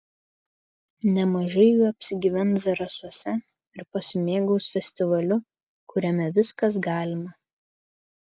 nemažai jų apsigyvens zarasuose ir pasimėgaus festivaliu kuriame viskas galima